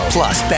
Plus